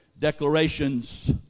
Declarations